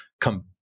come